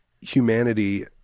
humanity